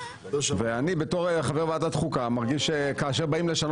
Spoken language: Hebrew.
ואני בתור חבר ועדת החוקה מרגיש שכאשר באים לשנות